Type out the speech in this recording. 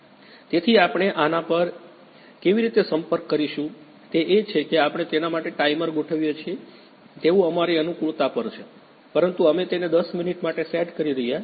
તેથી આપણે આના પર કેવી રીતે સંપર્ક કરીશું તે છે કે આપણે તેના માટે ટાઈમર ગોઠવીએ છીએ તેવું અમારી અનુકૂળતા પર છે પરંતુ અમે તેને 10 મિનિટ માટે સેટ કરી રહ્યા છીએ